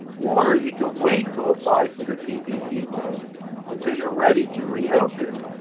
or, you could wait to apply for the ppp loan until you're ready to reopen.